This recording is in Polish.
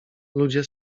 ludzie